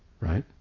right